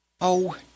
Oh